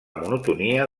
monotonia